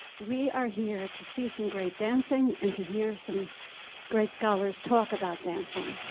we are here to see some great dancing and to hear some great scholars talk about dancing.